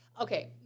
Okay